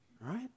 right